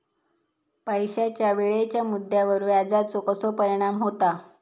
पैशाच्या वेळेच्या मुद्द्यावर व्याजाचो कसो परिणाम होता